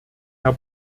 herr